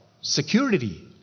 security